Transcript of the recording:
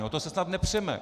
O to se snad nepřeme.